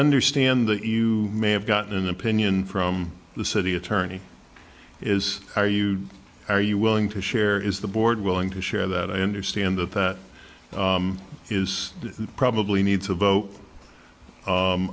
understand that you may have gotten an opinion from the city attorney is are you are you willing to share is the board willing to share that i understand that that is probably needs a vote